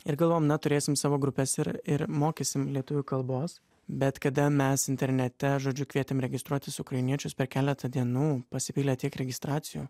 ir galvojom na turėsim savo grupes ir ir mokysim lietuvių kalbos bet kada mes internete žodžiu kvietėm registruotis ukrainiečius per keletą dienų pasipylė tiek registracijų